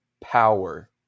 power